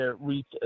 reach